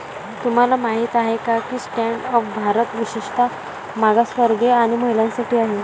तुम्हाला माहित आहे का की स्टँड अप भारत विशेषतः मागासवर्गीय आणि महिलांसाठी आहे